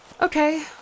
Okay